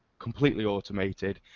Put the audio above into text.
completely automated.